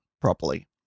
properly